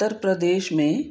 उत्तर प्रदेश में